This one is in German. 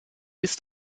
ist